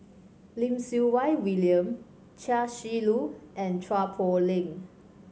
Lim Siew Wai William Chia Shi Lu and Chua Poh Leng